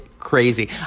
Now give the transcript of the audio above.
Crazy